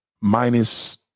minus